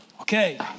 Okay